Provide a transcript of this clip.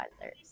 others